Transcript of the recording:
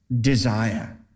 desire